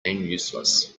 useless